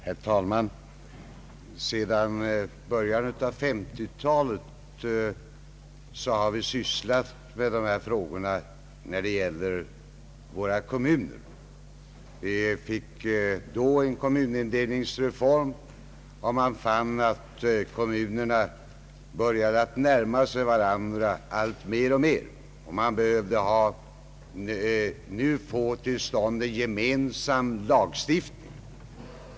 Herr talman! Sedan början av 1950 talet har vi sysslat med dessa frågor beträffande våra kommuner. Vi fick då en kommunindelningsreform, och man fann att kommunerna började närma sig varandra alltmer. Man behövde nu få till stånd en gemensam lagstiftning.